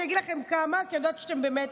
אני אגיד לכם כמה, כי אני יודעת שאתם במתח.